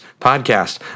podcast